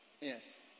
Yes